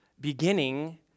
beginning